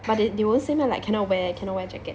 but it they won't say meh like cannot wear cannot wear jacket